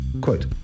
Quote